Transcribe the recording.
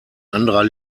anderer